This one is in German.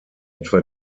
etwa